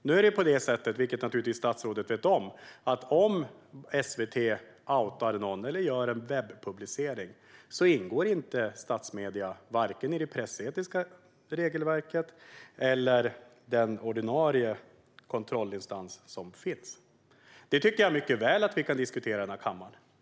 Nu är det på det sättet, vilket statsrådet känner till, att om SVT outar någon eller gör en webbpublicering omfattas det inte av vare sig det pressetiska regelverket eller den ordinarie kontrollinstans som finns. Detta tycker jag mycket väl att vi kan diskutera i den här kammaren.